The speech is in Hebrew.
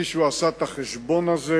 מישהו עשה את החשבון הזה?